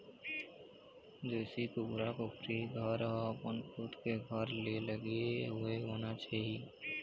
देशी कुकरा कुकरी के घर ह अपन खुद के घर ले लगे हुए होना चाही